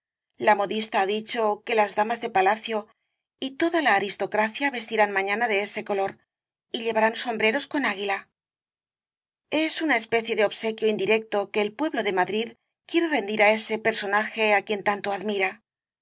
la modista ha dicho que las damas de palacio y toda la aristocracia vestirán mañana de ese color y llevarán sombreros con águila es una especie de obsequio indirecto que el pueblo de madrid quiere rendir á ese personaje á quien tanto admira